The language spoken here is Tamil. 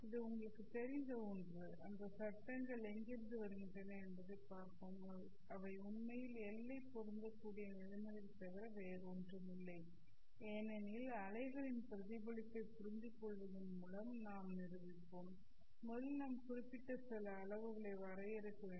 இது உங்களுக்குத் தெரிந்த ஒன்று அந்தச் சட்டங்கள் எங்கிருந்து வருகின்றன என்பதைப் பார்ப்போம் அவை உண்மையில் எல்லை பொருந்தக்கூடிய நிலைமைகளைத் தவிர வேறொன்றுமில்லை ஏனெனில் அலைகளின் பிரதிபலிப்பைப் புரிந்துகொள்வதின் மூலம் நாம் நிரூபிப்போம் முதலில் நாம் குறிப்பிட்ட சில அளவுகளை வரையறுக்க வேண்டும்